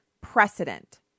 precedent